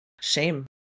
shame